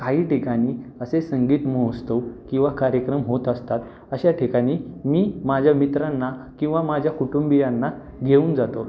काही ठिकाणी असे संगीत महोत्सव किंवा कार्यक्रम होत असतात अशा ठिकाणी मी माझ्या मित्रांना किंवा माझ्या कुटुंबीयांना घेऊन जातो